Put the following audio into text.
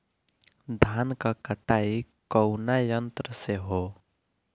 धान क कटाई कउना यंत्र से हो?